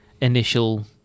initial